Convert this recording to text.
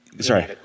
sorry